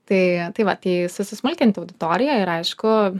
tai tai va tai susmulkinti auditoriją ir aišku